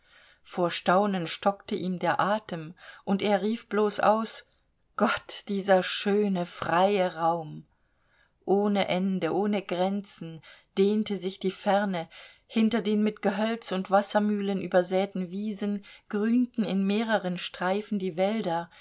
vor staunen stockte ihm der atem und er rief bloß aus gott dieser schöne freie raum ohne ende ohne grenzen dehnte sich die ferne hinter den mit gehölz und wassermühlen übersäten wiesen grünten in mehreren streifen die wälder